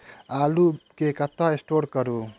आलु केँ कतह स्टोर करू?